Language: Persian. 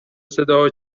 صداها